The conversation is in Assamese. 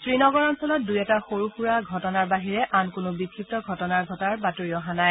শ্ৰীনগৰ অঞ্চলত দুই এটা সৰু সুৰা ঘটনাৰ বাহিৰে কোনো বিক্ষিপ্ত ঘটনা ঘটাৰ বাতৰি অহা নাই